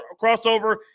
crossover